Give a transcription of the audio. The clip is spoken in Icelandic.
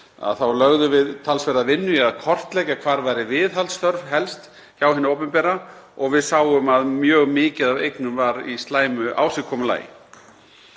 þá lögðum við talsverða vinnu í að kortleggja hvar væri helst viðhaldsþörf hjá hinu opinbera og við sáum að mjög mikið af eignum var í slæmu ásigkomulagi.